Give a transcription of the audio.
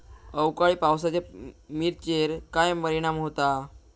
अवकाळी पावसाचे मिरचेर काय परिणाम होता?